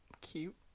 cute